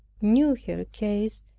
knew her case,